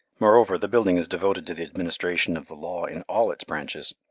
moreover, the building is devoted to the administration of the law in all its branches.